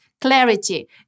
clarity